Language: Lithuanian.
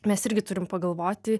mes irgi turim pagalvoti